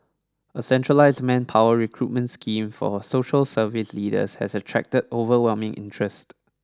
a centralised manpower recruitment scheme for social service leaders has attracted overwhelming interest